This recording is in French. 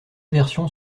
versions